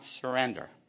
surrender